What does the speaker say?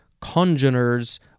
congeners